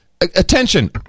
Attention